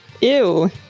Ew